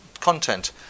content